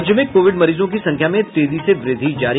राज्य में कोविड मरीजों की संख्या में तेजी से वृद्धि जारी